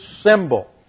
symbol